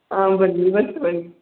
ಹಾಂ ಬನ್ನಿ ಇವತ್ತು ಬನ್ನಿ